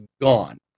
gone